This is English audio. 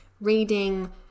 reading